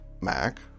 mac